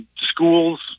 schools